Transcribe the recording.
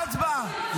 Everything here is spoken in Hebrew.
הצבעה.